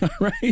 right